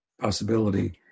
possibility